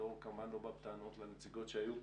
ואני לא בא בטענות לנציגות שהיו פה,